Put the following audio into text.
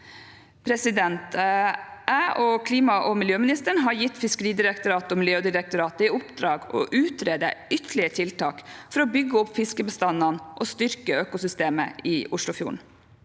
Jeg og klima- og miljøministeren har gitt Fiskeridirektoratet og Miljødirektoratet i oppdrag å utrede ytterligere tiltak for å bygge opp fiskebestandene og styrke økosystemet i Oslofjorden.